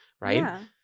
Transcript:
right